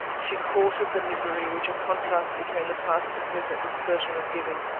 she courted the misery which a contrast between the past and present was certain of giving.